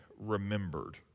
remembered